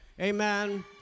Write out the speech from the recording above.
Amen